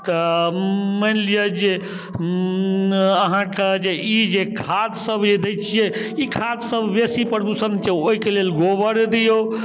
तऽ मानि लिअऽ जे अहाँके जे ई जे खादसब जे दै छिए ई खादसब बेसी प्रदूषण छै ओहिके लेल गोबर दिऔ